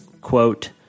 quote